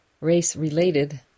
race-related